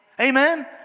Amen